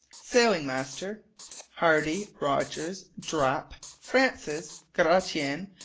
sailing-master hardy, rogers, drap, francis, gratian,